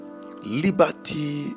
liberty